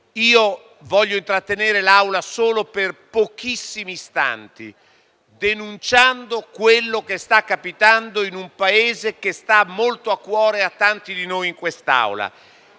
Voglio intrattenere l'Assemblea solo per pochissimi istanti, denunciando quello che sta capitando in un Paese che sta molto a cuore a tanti di noi in quest'Aula.